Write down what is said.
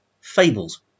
Fables